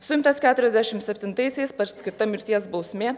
suimtas keturiasdešim septintaisiais paskirta mirties bausmė